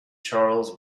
charles